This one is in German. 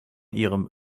ihrem